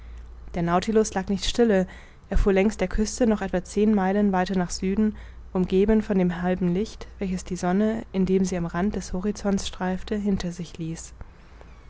der nautilus lag nicht stille er fuhr längs der küste noch etwa zehn meilen weiter nach süden umgeben von dem halben licht welches die sonne indem sie am rande des horizonts streifte hinter sich ließ